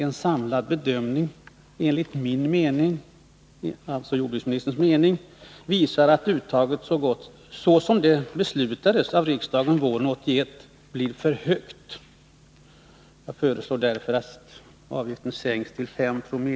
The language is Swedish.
”En samlad bedömning visar enligt min mening att avgiftsuttaget så som det beslutades av riksdagen våren 1981 blir för högt. Jag föreslår därför att avgiften sänks till 5 Zoo.